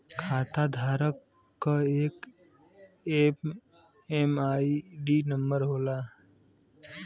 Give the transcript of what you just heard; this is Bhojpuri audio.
खाताधारक क एक एम.एम.आई.डी नंबर होला